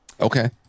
Okay